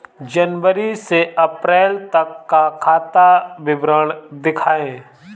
जनवरी से अप्रैल तक का खाता विवरण दिखाए?